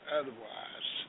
otherwise